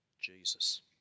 Jesus